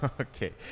Okay